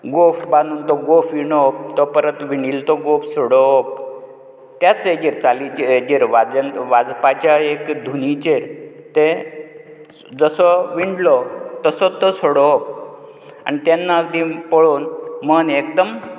गोफ बानून तो गोफ विणप तो परत विणिल्लो तो गोफ सोडोवप त्याच हेजेर चाली हेजेर वाजन वाजपाच्या एक धुनिचेर तें जसो विणलो तसोत तो सोडोवप आनी तेन्ना तीं पळोवन मन एकदम